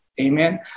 amen